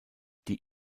die